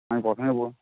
আমি নেবো